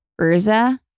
Urza